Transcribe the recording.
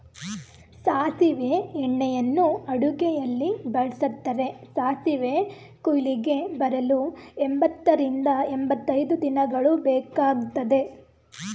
ಸಾಸಿವೆ ಎಣ್ಣೆಯನ್ನು ಅಡುಗೆಯಲ್ಲಿ ಬಳ್ಸತ್ತರೆ, ಸಾಸಿವೆ ಕುಯ್ಲಿಗೆ ಬರಲು ಎಂಬತ್ತರಿಂದ ಎಂಬತೈದು ದಿನಗಳು ಬೇಕಗ್ತದೆ